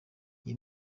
iyi